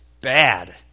Bad